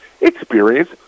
experience